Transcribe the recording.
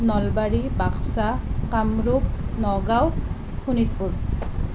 Nalbari Baksa Kamrup Nagaon Sonitpur